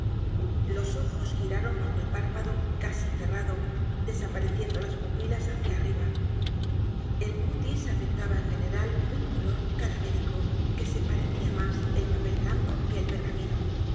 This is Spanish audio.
los ojos giraron bajo el párpado casi cerrado desapareciendo las pupilas hacia a r r i b a el cutis afectaba en general un color cadavérico que se parecía más el papel blanco que el p